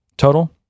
Total